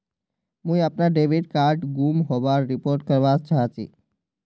मुई अपना debit card गूम होबार रिपोर्ट करवा चहची